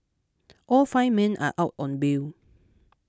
all five men are out on bail